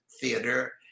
theater